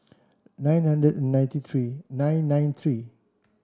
nine nine the ninety three nine nine three